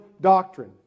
doctrine